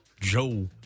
joe